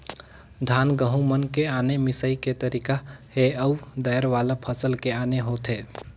धान, गहूँ मन के आने मिंसई के तरीका हे अउ दायर वाला फसल के आने होथे